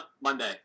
Monday